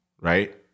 right